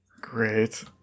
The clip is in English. Great